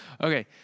Okay